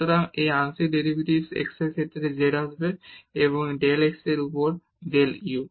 সুতরাং এই আংশিক ডেরিভেটিভস x এর ক্ষেত্রে z আসবে এবং ডেল x এর উপর ডেল u